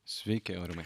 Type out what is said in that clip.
sveiki aurimai